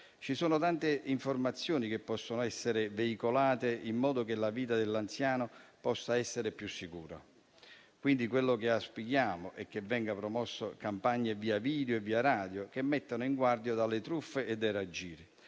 Ci sono tante informazioni che possono essere veicolate in modo che la vita dell'anziano possa essere più sicura. Auspichiamo pertanto che vengano promosse campagne via video e via radio che mettano in guardia dalle truffe e dai raggiri.